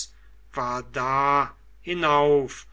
axios vardar hinauf